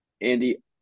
Andy